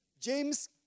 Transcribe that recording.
James